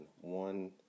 one